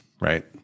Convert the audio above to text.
right